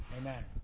Amen